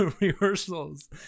rehearsals